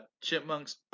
chipmunks